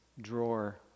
drawer